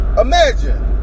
Imagine